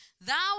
Thou